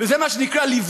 וזה מה אני מבקש להתמקד,